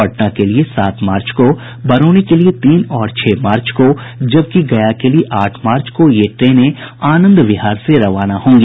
पटना के लिए सात मार्च को बरौनी के लिए तीन और छह मार्च को जबकि गया के लिए आठ मार्च को ये ट्रेनें आनंद विहार से रवाना होंगी